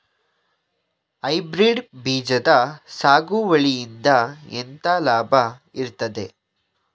Hybrid ಬೀಜದ ಸಾಗುವಳಿಯಿಂದ ಎಂತ ಲಾಭ ಇರ್ತದೆ?